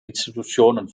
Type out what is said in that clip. institutionen